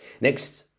Next